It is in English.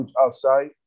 outside